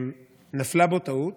נפלה בו טעות,